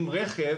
אם רכב